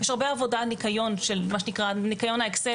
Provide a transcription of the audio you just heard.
יש הרבה עבודה על מה שנקרא ניקיון האקסל